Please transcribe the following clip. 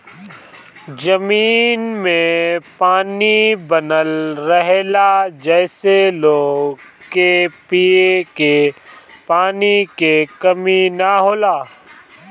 जमीन में पानी बनल रहेला जेसे लोग के पिए के पानी के कमी ना होला